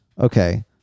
Okay